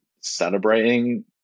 celebrating